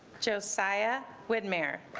josiah whitmire